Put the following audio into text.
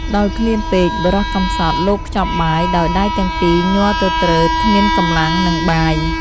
ដោយឃ្លានពេក បុរសកំសត់លាកខ្ចប់បាយដោយ ដៃទាំងពីរញ័រទទ្រើកគ្មានកម្លាំងនិងបាយ ។